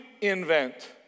invent